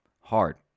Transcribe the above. Hard